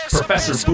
Professor